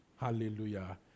Hallelujah